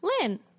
Lynn